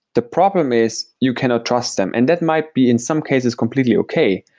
the problem is you cannot trust them, and that might be in some cases completely okay.